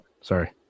Sorry